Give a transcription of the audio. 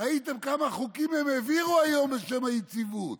ראיתם כמה חוקים הם העבירו היום בשם היציבות?